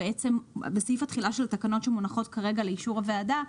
בסעיף התחילה של התקנות שמונחות כרגע לאישור הוועדה,